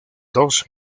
dos